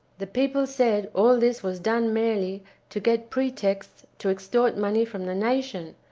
the people said all this was done merely to get pretexts to extort money from the nation,